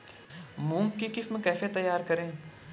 मूंग की किस्म कैसे तैयार करें?